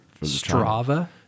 Strava